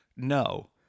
no